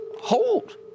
hold